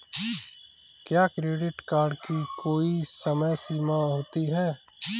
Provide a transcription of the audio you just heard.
क्या credit card की कोई समय सीमा होती है?